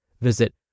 Visit